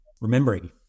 remembering